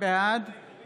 בעד יריב לוין, בעד נעמה